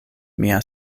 mia